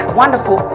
wonderful